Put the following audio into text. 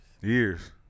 Years